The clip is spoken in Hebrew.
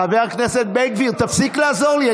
חבר הכנסת בן גביר, תפסיק לעזור לי.